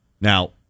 Now